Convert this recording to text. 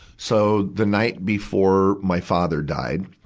so, the night before my father died,